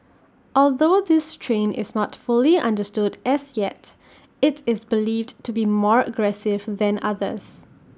although this strain is not fully understood as yet IT is believed to be more aggressive than others